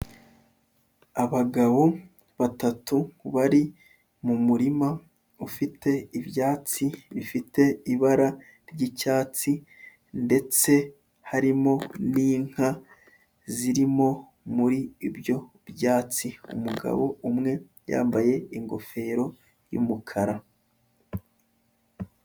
Abagabo batatu bari mu murima ufite ibyatsi bifite ibara ry'icyatsi ndetse harimo n'inka zirimo muri ibyo byatsi, umugabo umwe yambaye ingofero y'umukara.